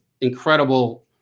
incredible